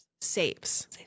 Saves